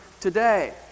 today